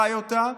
חי אותה.